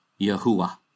Yahuwah